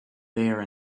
there